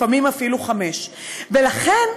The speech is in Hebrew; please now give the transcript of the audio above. לפעמים אפילו 17:00. ולכן,